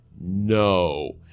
No